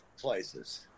places